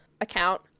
account